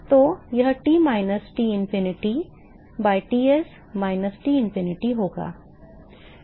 तो यह T minus Tinfinity by Ts minus Tinfinity होगा